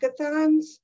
hackathons